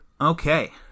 Okay